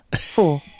four